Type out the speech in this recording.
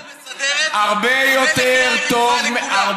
ועדה מסדרת, הרבה יותר טוב.